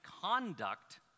conduct